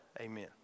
Amen